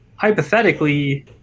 Hypothetically